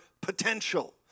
potential